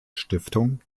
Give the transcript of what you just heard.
stiftung